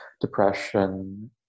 depression